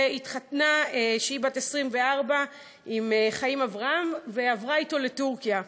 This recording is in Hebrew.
והתחתנה כשהיא בת 24 עם חיים אברהם ועברה אתו לטורקיה.